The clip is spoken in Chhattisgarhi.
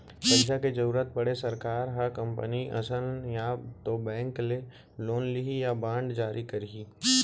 पइसा के जरुरत पड़े सरकार ह कंपनी असन या तो बेंक ले लोन लिही या बांड जारी करही